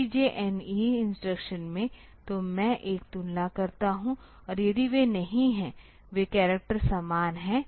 तो CJNE instruction में तो मैं एक तुलना करता हूं और यदि वे नहीं हैं वे करैक्ट समान हैं